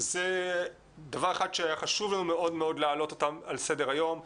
זה דבר אחד שהיה חשוב לנו מאוד להעלות אותם על סדר-היום,